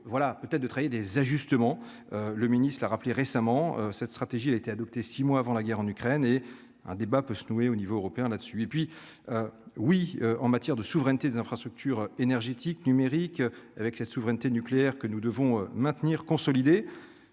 voilà peut-être de travailler des ajustements, le ministre a rappelé récemment, cette stratégie, elle a été adopté, 6 mois avant la guerre, en Ukraine et un débat peut se nouer au niveau européen, là dessus, et puis oui, en matière de souveraineté des infrastructures énergétiques numérique avec sa souveraineté nucléaire que nous devons maintenir consolider